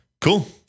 Cool